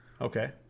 Okay